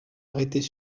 arrêtés